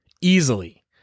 easily